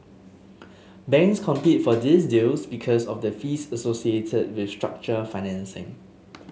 banks compete for these deals because of the fees associated with structured financing